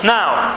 Now